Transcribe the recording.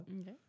Okay